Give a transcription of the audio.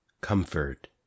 comfort